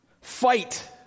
fight